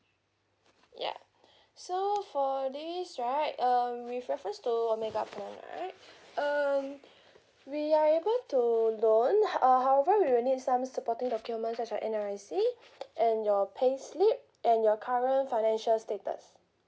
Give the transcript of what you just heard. yeah so for these right um with reference to omega plan right um we are able to loan uh however we will need some supporting document such as your N_R_I_C and your pay slip and your current financial status